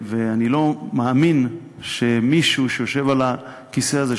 אני לא מאמין שמישהו שיושב על הכיסא הזה,